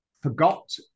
forgot